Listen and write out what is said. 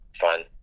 fun